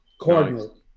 cardinal